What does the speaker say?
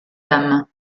dames